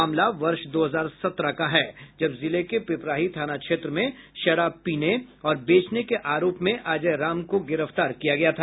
मामला वर्ष दो हजार सत्रह का है जब जिले के पिपराही थाना क्षेत्र में शराब पीने और बेचने के आरोप में अजय राम को गिरफ्तार किया गया था